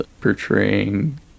portraying